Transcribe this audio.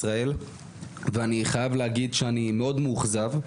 ישראל ואני חייב להגיד שאני מאוד מאוכזב.